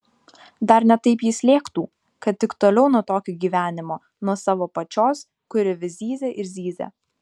dar ne taip jis lėktų kad tik toliau nuo tokio gyvenimo nuo savo pačios kuri vis zyzia ir zyzia